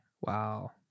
Wow